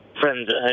Friends